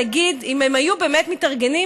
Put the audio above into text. נגיד, אם הם היו באמת מתארגנים,